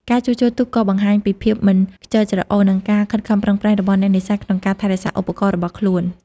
ការជួសជុលទូកក៏បង្ហាញពីភាពមិនខ្ជិលច្រអូស និងការខិតខំប្រឹងប្រែងរបស់អ្នកនេសាទក្នុងការថែរក្សាឧបករណ៍របស់ខ្លួន។